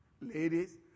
ladies